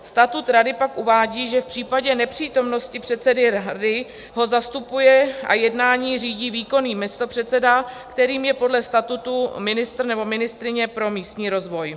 Statut rady pak uvádí, že v případě nepřítomnosti předsedy rady ho zastupuje a jednání řídí výkonný místopředseda, kterým je podle statutu ministr nebo ministryně pro místní rozvoj.